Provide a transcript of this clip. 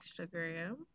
instagram